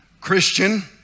Christian